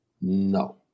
No